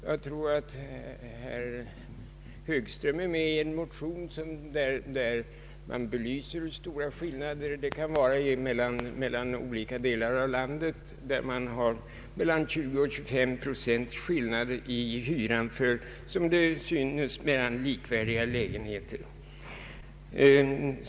Jag tror att herr Högström har varit med om att väcka en motion där man belyser hur stora skillnaderna kan vara mellan olika delar av landet. Man har mellan 20 och 25 procents skillnader i hyran för som det synes likvärdiga lägenheter.